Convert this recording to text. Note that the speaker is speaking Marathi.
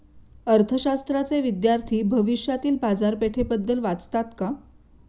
अर्थशास्त्राचे विद्यार्थी भविष्यातील बाजारपेठेबद्दल वाचतात का?